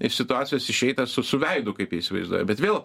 iš situacijos išeita su su veidu kaip jie įsivaizduoja bet vėl